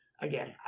Again